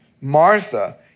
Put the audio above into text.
Martha